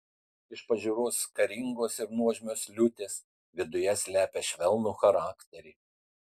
iš pažiūros karingos ir nuožmios liūtės viduje slepia švelnų charakterį